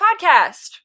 podcast